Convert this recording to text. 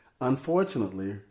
Unfortunately